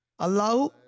Allahu